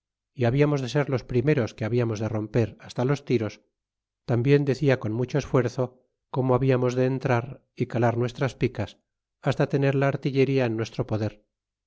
y hablamos de ser los primeros que habiamos de romper hasta los tiros tambien decia con mucho esfuerzo como hablamos de entrar y calar nuestras picas hasta tener la artillería en nuestro poder